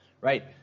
right